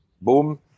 boom